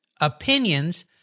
opinions